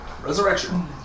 Resurrection